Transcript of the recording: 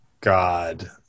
God